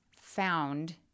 found